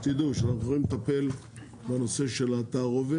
שתדעו שאנחנו הולכים לטפל בנושא של התערובת,